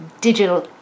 digital